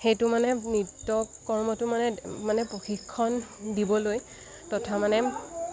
সেইটো মানে নৃত্যকৰ্মটো মানে মানে প্ৰশিক্ষণ দিবলৈ তথা মানে